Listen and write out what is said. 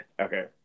Okay